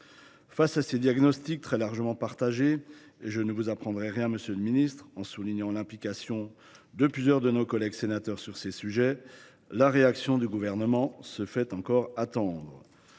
Face à ces diagnostics très largement partagés – et je ne vous apprendrai rien, monsieur le ministre, en soulignant l’implication de plusieurs de nos collègues sénateurs sur ces sujets –, la réaction du Gouvernement se fait encore attendre.